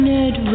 Nerd